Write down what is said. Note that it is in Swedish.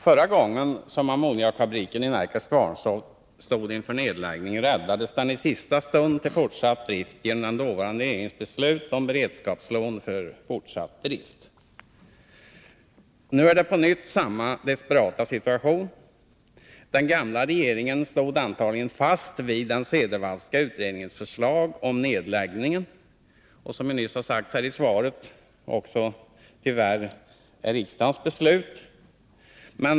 Förra gången ammoniakfabriken i Närkes Kvarntorp stod inför nedläggning räddades den i sista stund till fortsatt drift genom den dåvarande regeringens beslut om beredskapslån. Nu är det på nytt samma desperata situation. Den gamla regeringen stod antagligen fast vid den Cederwallska utredningens förslag om nedläggning, vilket, som det nu sagts svaret, tyvärr också blev riksdagens beslut.